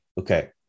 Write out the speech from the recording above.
Okay